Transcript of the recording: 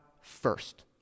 first